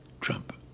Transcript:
Trump